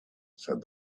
said